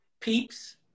Peeps